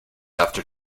after